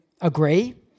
agree